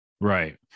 Right